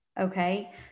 okay